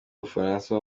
bufaransa